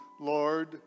Lord